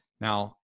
Now